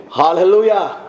Hallelujah